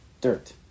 dirt